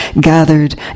gathered